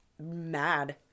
mad